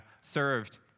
served